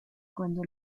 cuando